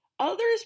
Others